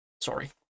Sorry